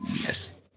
Yes